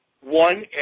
one